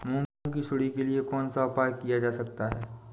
मूंग की सुंडी के लिए कौन सा उपाय किया जा सकता है?